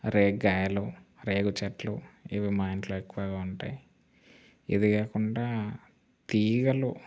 రేగికాయలు రేగుచెట్లు ఇవి మా ఇంట్లో ఎక్కువగా ఉంటాయి ఇది కాకుండా తీగలు